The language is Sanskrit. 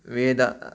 वेदाः